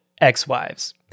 ex-wives